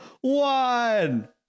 one